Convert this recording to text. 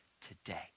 today